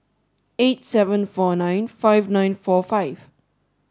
eight seven four nine five nine four five